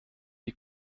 die